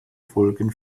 folgen